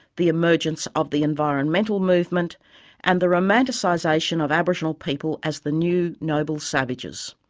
the emergence of the environmental movement and the romanticisation of aboriginal people as the new noble savages.